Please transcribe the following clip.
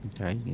Okay